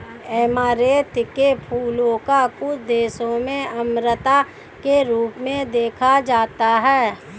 amaranth के फूलों को कुछ देशों में अमरता के रूप में देखा जाता है